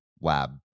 lab